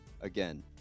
Again